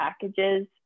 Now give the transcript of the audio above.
packages